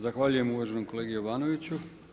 Zahvaljujem uvaženom kolegi Jovanoviću.